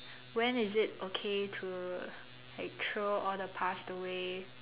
when is it okay to like throw all the past away